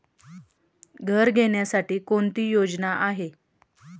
घर घेण्यासाठी कोणती योजना आहे?